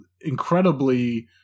incredibly